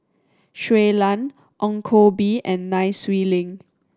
Shui Lan Ong Koh Bee and Nai Swee Leng